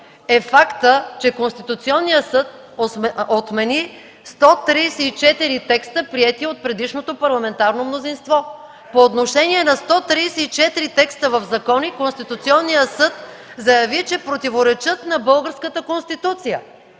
е фактът, че Конституционният съд отмени 134 текста, приети от предишното парламентарно мнозинство. По отношение на 134 текста в закони Конституционният съд заяви, че противоречат на българската Конституция!